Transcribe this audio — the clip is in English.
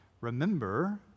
remember